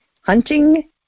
hunting